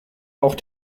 auch